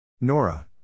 Nora